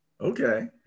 okay